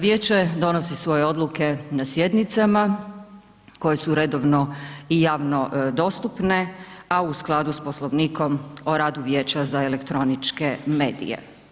Vijeće donosi svoje odluke na sjednicama koje su redovno i javno dostupne, a u skladu s Poslovnikom o radu Vijeća za elektroničke medije.